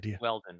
Weldon